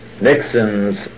Nixon's